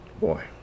Boy